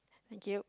thank you